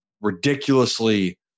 ridiculously